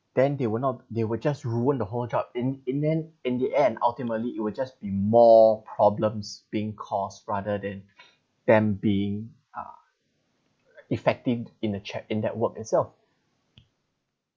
then they will not they will just ruined the whole job and and then in the end ultimately it will just be more problems being caused rather than than being uh effective in the check and that work itself